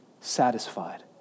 satisfied